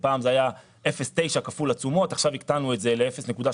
פעם זה היה 0.9 כפול התשומות ועכשיו הקטנו את זה ל-0.85.